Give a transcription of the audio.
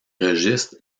registres